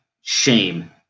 shame